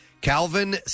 Calvin